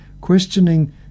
questioning